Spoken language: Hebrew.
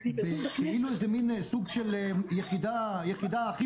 כאילו באיזה מין סוג של יחידה הכי